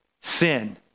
sin